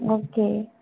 okay